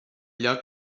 lloc